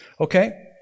Okay